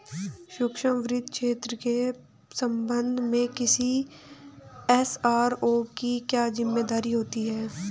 सूक्ष्म वित्त क्षेत्र के संबंध में किसी एस.आर.ओ की क्या जिम्मेदारी होती है?